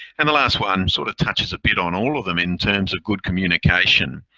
and the last one sort of touches a bit on all of them in terms of good communication.